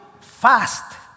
fast